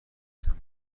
سمت